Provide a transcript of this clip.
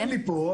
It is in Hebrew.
אין לי פה,